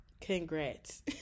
congrats